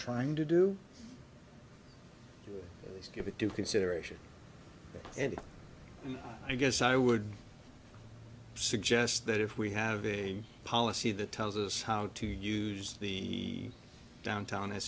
trying to do is give it due consideration and i guess i would suggest that if we have a policy that tells us how to use the downtown